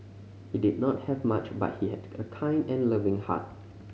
he did not have much but he had a kind and loving heart